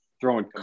throwing